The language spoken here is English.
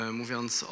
mówiąc